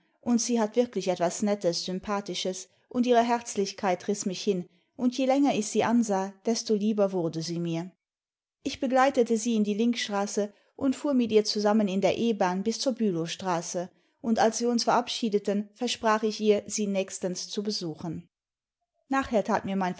und ich wärmer sie hat wirklich etwas nettes sympathisches xmd ihre herzlichkeit riß mich hin und je länger ich sie ansah desto lieber wurde sie mir ich begleitete sie in die linkstraße und fuhr mit ihr zusammen in der e bahn bis zur bülowstraße und als wir uns verabschiedeten versprach ich ihr sie nächstens zu besuchen nachher tat mir